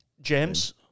James